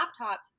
laptop